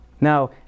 now